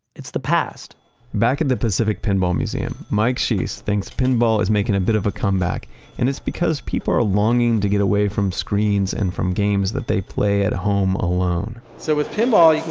it's the past back in the pacific pinball museum, mike schiess thinks pinball is making a bit of a comeback and it's because people are longing to get away from screens and from games that they play at home alone so with pinball, you